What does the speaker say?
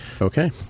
Okay